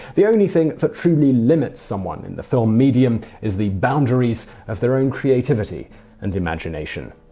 the only thing that truly limits someone in the film medium is the boundaries of their own creativity and imagination.